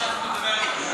חוץ מאשר את מדברת,